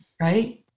right